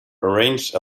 arranged